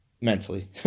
mentally